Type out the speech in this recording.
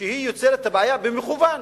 שיוצרת את הבעיה במכוון